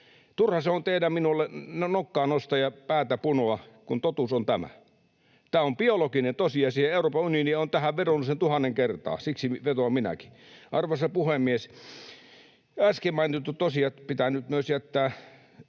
Turha se on teidän minulle nokkaa nostaa ja päätä punoa, kun totuus on tämä. Tämä on biologinen tosiasia, ja Euroopan unioni on tähän vedonnut sen tuhannen kertaa. Siksi vetoan minäkin. Arvoisa puhemies! Äsken mainitut tosiasiat pitää nyt myös jättää